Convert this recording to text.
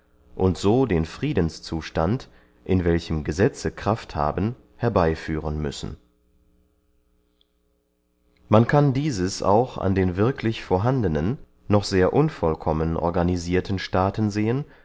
und so den friedenszustand in welchem gesetze kraft haben herbeyführen müssen man kann dieses auch an den wirklich vorhandenen noch sehr unvollkommen organisirten staaten sehen